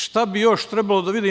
Šta bi još trebalo da se vidi?